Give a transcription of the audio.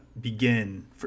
begin